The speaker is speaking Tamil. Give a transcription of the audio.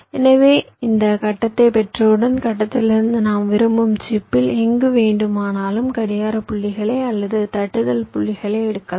எனவே இந்த கட்டத்தை பெற்றவுடன் கட்டத்திலிருந்து நாம் விரும்பும் சிப்பில் எங்கு வேண்டுமானாலும் கடிகார புள்ளிகளை அல்லது தட்டுதல் புள்ளிகளை எடுக்கலாம்